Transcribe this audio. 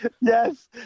Yes